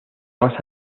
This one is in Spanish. más